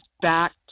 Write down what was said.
back